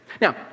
Now